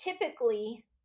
typically